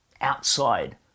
Outside